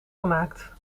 gemaakt